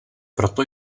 proto